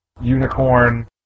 Unicorn